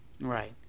Right